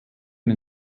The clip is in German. den